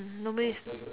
nobody is